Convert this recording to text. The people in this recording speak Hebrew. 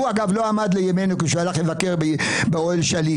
הוא אגב לא עמד לימיננו כשהלך לבקר באוהל שליט.